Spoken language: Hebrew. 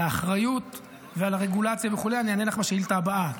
על האחריות ועל הרגולציה וכו' אני אענה לך בשאילתה הבאה,